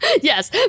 Yes